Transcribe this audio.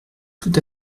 tout